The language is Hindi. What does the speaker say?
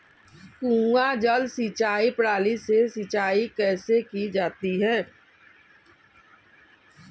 कुआँ जल सिंचाई प्रणाली से सिंचाई कैसे की जाती है?